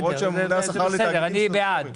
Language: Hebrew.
בעד.